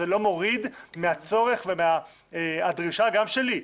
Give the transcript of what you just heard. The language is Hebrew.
זה לא מוריד מהצורך ומהדרישה, גם שלי,